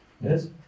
Yes